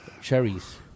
cherries